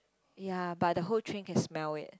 ya but the whole train can smell it